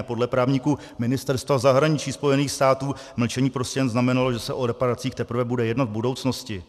Podle právníků Ministerstva zahraniční Spojených států mlčení prostě jen znamenalo, že se o reparacích teprve bude jednat v budoucnosti.